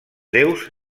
déus